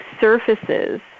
surfaces